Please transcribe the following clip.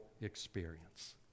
experience